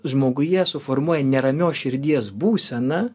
žmoguje suformuoja neramios širdies būseną